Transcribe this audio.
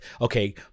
okay